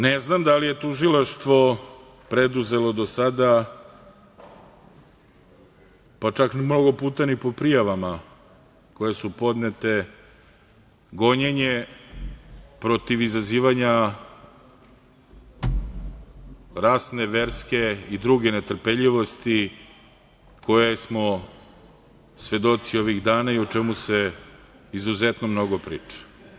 Ne znam da li je tužilaštvo preduzelo do sada, pa čak ni mnogo puta ni po prijavama koje su podnete, gonjenje protiv izazivanja rasne, verske i druge netrpeljivosti koje smo svedoci ovih dana i o čemu se izuzetno mnogo priča.